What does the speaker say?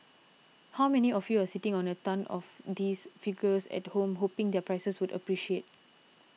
how many of you are sitting on a tonne of these figures at home hoping their prices would appreciate